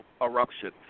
eruption